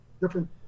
Different